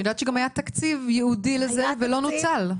יודעת שגם היה תקציב ייעודי לזה והוא לא נוצל.